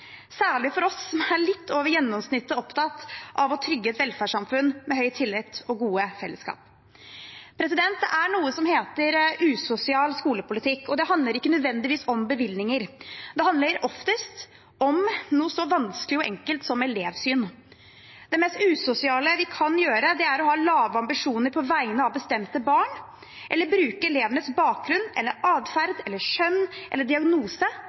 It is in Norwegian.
særlig for oss som er litt over gjennomsnittet opptatt av å trygge et velferdssamfunn med høy tillit og gode fellesskap. Det er noe som heter «usosial skolepolitikk», og det handler ikke nødvendigvis om bevilgninger. Det handler oftest om noe så vanskelig og enkelt som elevsyn. Det mest usosiale vi kan gjøre, er å ha lave ambisjoner på vegne av bestemte barn eller bruke elevenes bakgrunn, adferd, kjønn eller diagnose